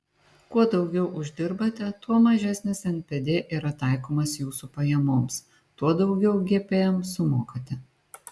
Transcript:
kuo daugiau uždirbate tuo mažesnis npd yra taikomas jūsų pajamoms tuo daugiau gpm sumokate